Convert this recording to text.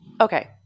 Okay